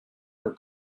her